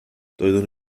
doeddwn